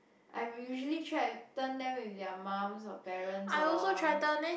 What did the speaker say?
I will usually try to turn them with their mums or parents orh